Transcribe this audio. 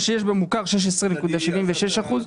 מה שיש במוכר 16.76 אחוזים.